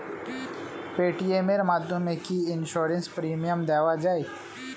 Paytm এর মাধ্যমে কি ইন্সুরেন্স প্রিমিয়াম দেওয়া যায়?